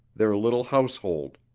their little household.